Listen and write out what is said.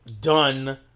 Done